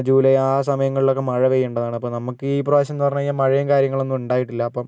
July ആ സമയങ്ങളിലൊക്കെ മഴ പെയ്യെണ്ടതാണ് അപ്പോൾ നമുക്ക് ഈ പ്രാവശ്യമെന്ന് പറഞ്ഞ് കഴിഞ്ഞാൽ മഴയും കാര്യങ്ങളുമൊന്നും ഉണ്ടായിട്ടില്ല അപ്പം